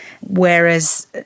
whereas